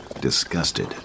Disgusted